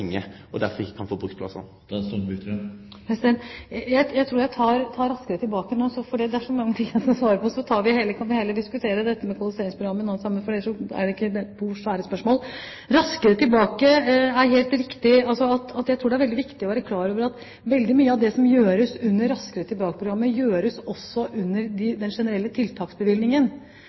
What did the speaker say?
pengar, og derfor ikkje kan få brukt plassane? Jeg tror jeg tar Raskere tilbake nå. Det er så mange ting jeg skal svare på, og så får vi heller diskutere dette med kvalifiseringsprogrammet senere – for dette er to store spørsmål. Jeg tror det er viktig å være klar over at veldig mye av det som gjøres under Raskere tilbake-programmet, også gjøres ved den generelle tiltaksbevilgningen.